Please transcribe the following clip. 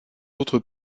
autres